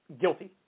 guilty